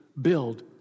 build